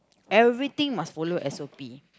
everything must follow S_O_P